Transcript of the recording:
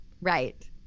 Right